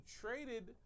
traded